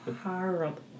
horrible